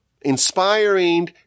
inspiring